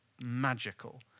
magical